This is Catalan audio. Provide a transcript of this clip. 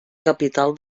capital